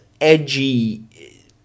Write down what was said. edgy